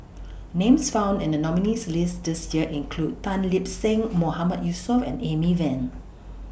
Names found in The nominees' list This Year include Tan Lip Seng Mahmood Yusof and Amy Van